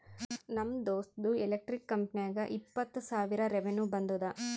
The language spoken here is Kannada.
ನಮ್ ದೋಸ್ತ್ದು ಎಲೆಕ್ಟ್ರಿಕ್ ಕಂಪನಿಗ ಇಪ್ಪತ್ತ್ ಸಾವಿರ ರೆವೆನ್ಯೂ ಬಂದುದ